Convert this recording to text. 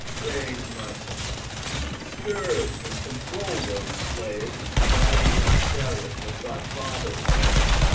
reign, my son scourge and control those slaves, guiding thy chariot with thy father's hand.